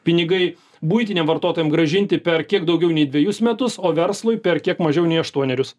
pinigai buitiniam vartotojam grąžinti per kiek daugiau nei dvejus metus o verslui per kiek mažiau nei aštuonerius